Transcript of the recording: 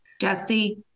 Jesse